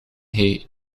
hij